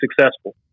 successful